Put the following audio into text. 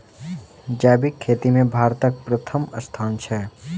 जैबिक खेती मे भारतक परथम स्थान छै